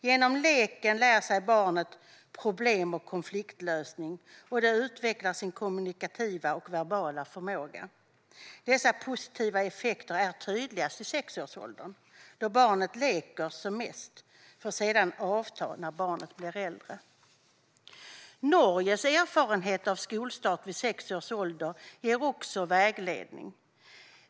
Genom leken lär sig barnet problem och konfliktlösning och utvecklar sin kommunikativa och verbala förmåga. Dessa positiva effekter är tydligast i sexårsåldern, då barnet leker som mest, för att sedan avta när barnet blir äldre. Norges erfarenhet av skolstart vid sex års ålder ger också vägledning.